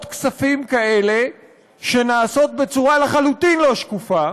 כספים כאלה שנעשות בצורה לחלוטין לא שקופה,